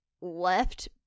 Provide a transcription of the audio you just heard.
left